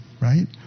right